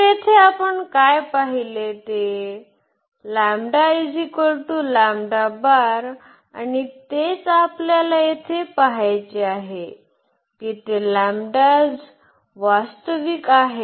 तर येथे आपण काय पाहिले ते आणि तेच आपल्याला येथे पहायचे आहे की ते वास्तविक आहेत